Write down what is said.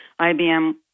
IBM